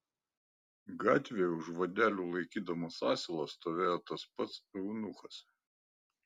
gatvėje už vadelių laikydamas asilą stovėjo tas pats eunuchas